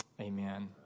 Amen